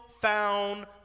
found